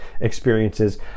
experiences